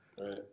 Right